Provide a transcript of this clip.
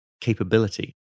capability